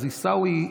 אז עיסאווי,